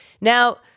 Now